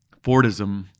Fordism